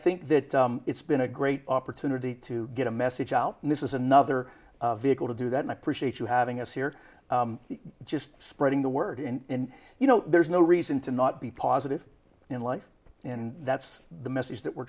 think that it's been a great opportunity to get a message out and this is another vehicle to do that my appreciate you having us here just spreading the word and you know there's no reason to not be positive in life and that's the message that we're